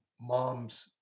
mom's